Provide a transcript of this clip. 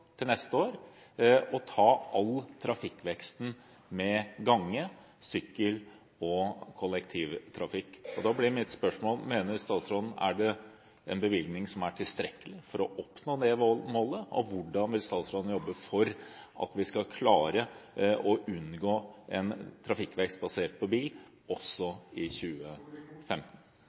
til neste år, å ta all trafikkveksten med gange, sykkel og kollektivtrafikk. Da blir mitt spørsmål: Mener statsråden det er en bevilgning som er tilstrekkelig for å nå det målet? Og hvordan vil statsråden jobbe for at vi skal klare å unngå en trafikkvekst basert på bil, også i 2015?